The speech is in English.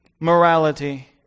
morality